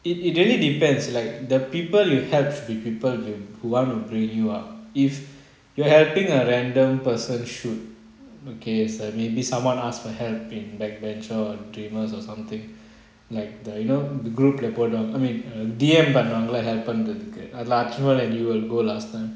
it it really depends like the people will help the people will who want to bring you up if you're helping a random person shoot okay maybe someone asked for help in back bencher or dreamers or something like the you know the group எப்போதும்:epothum I mean D_M பண்ணுவாங்களா பண்றதுக்கு:panuvangala panrathuku you will go last time